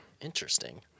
Interesting